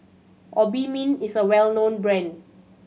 Obimin is a well known brand